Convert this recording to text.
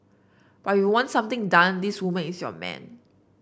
but you want something done this woman is your man